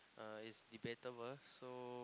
uh is debatable so